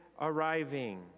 arriving